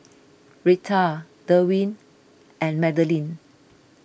Rita Derwin and Madeline